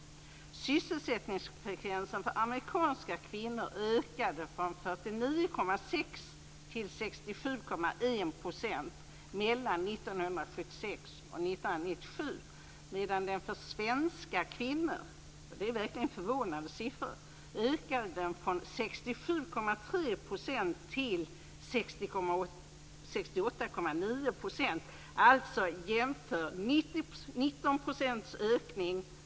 1997, medan den endast ökade"- och det är verkligen förvånande siffror -"från 67,3 till 68,9 procent för svenska kvinnor".